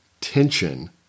tension